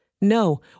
No